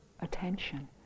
attention